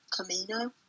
Camino